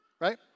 right